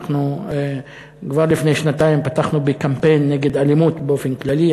אנחנו כבר לפני שנתיים פתחנו בקמפיין נגד אלימות באופן כללי,